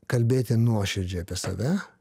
kalbėti nuoširdžiai apie save